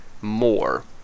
more